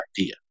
idea